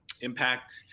impact